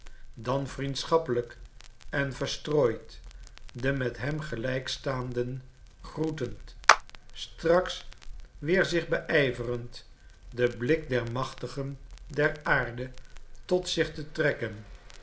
dan vriendschappelijk en verstrooid de met hem gelijkstaanden groetend straks weer zich beijverend den blik der machtigen der aarde tot zich te trekken